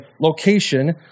location